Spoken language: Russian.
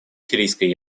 сирийской